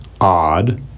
odd